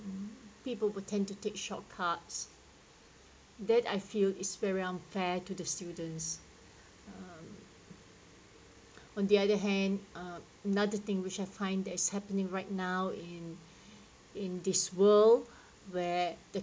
mm people will tend to take shortcuts that I feel is very unfair to the students um on the other hand um another thing which I find that is happening right now in in this world where the